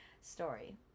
story